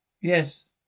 Yes